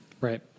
Right